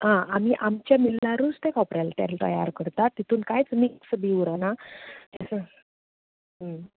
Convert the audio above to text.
आमी आमचे मिलारूच तें खोबरेल तेल तयार करतात तितूंत कांय मिक्स बी उरना